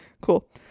cool